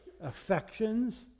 Affections